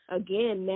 again